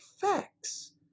facts